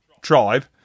tribe